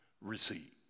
receive